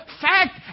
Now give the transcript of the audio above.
fact